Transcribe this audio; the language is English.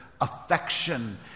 affection